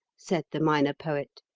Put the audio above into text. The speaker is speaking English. said the minor poet.